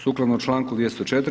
Sukladno članku 204.